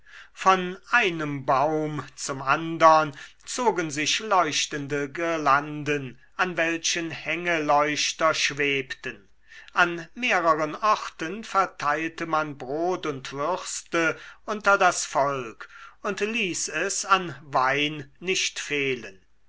von einem baum zum andern zogen sich leuchtende girlanden an welchen hängeleuchter schwebten an mehreren orten verteilte man brot und würste unter das volk und ließ es an wein nicht fehlen